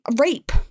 rape